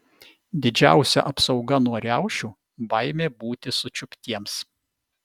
didžiausia apsauga nuo riaušių baimė būti sučiuptiems